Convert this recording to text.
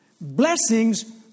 blessings